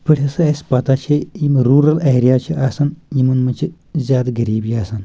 یِتھ پٲٹھۍ ہسا اَسہِ پَتہ چھِ یِم روٗرَل ایریا چھِ آسان یِمَن منٛز چھِ زیادٕ غریٖبی آسان